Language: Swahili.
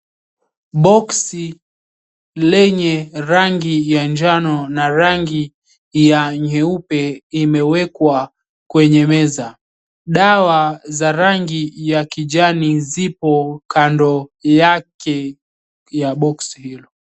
Boksi lenye rangi ya njano na rangi ya nyeupe imewekwa kwenye meza. Dawa za rangi ya kijani zipo kando yake ya boksi hilo.